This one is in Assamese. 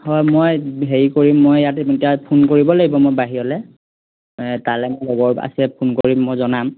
হয় মই হেৰি কৰিম মই ইয়াত এতিয়া ফোন কৰিব লাগিব মই বাহিৰলৈ তালৈ মই লগৰ আছে ফোন কৰিম মই জনাম